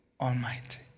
Almighty